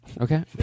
Okay